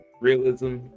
Realism